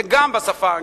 וגם בשפה האנגלית.